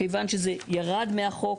כיוון שזה ירד מהחוק,